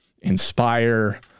inspire